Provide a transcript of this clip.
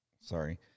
sorry